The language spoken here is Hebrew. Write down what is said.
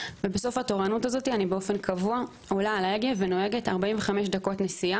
ובסוף התורנות הזאת אני עולה על ההגה ונוהגת 45 דקות נסיעה,